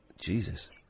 Jesus